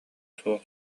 суох